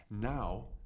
Now